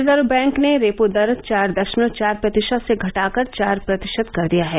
reserve bank ने repo दर चार दशमलव चार प्रतिशत से घटाकर चार प्रतिशत कर दी है